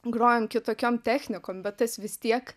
grojam kitokiom technikom bet tas vis tiek